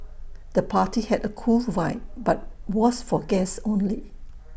the party had A cool vibe but was for guests only